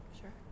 sure